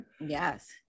Yes